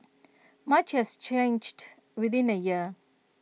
much has changed within A year